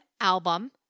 album